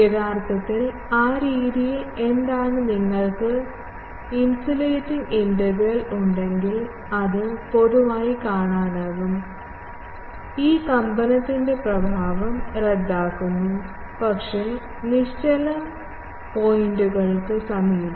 യഥാർത്ഥത്തിൽ ആ രീതിയിൽ എന്താണ് നിങ്ങൾക്ക് ഇൻസുലേറ്റിംഗ് ഇന്റഗ്രൽ ഉണ്ടെങ്കിൽ അത് പൊതുവായി കാണാനാകും ഈ കമ്പനത്തിൻറെ പ്രഭാവം റദ്ദാക്കുന്നു പക്ഷേ നിശ്ചല പോയിൻറുകൾക്ക് സമീപം